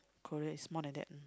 Korea is more than that